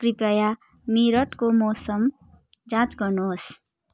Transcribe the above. कृपया मेरठको मौसम जाँच गर्नुहोस्